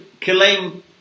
claim